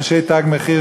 אנשי "תג מחיר",